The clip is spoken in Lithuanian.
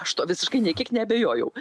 aš tuo visiškai nei kiek neabejojau